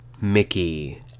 Mickey